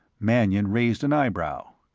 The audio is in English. mannion raised an eyebrow.